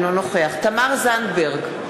אינו נוכח תמר זנדברג,